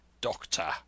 Doctor